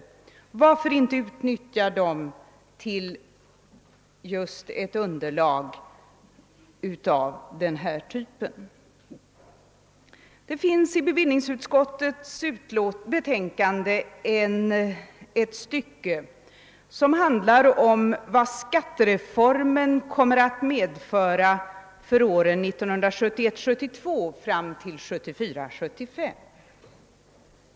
Varför inte utnyttja dessa experter till att få fram ett underlag av det här slaget? Det finns i bevillningsutskottets betänkande ett stycke som handlar om vad skattereformen kommer att medföra under åren 1971 75.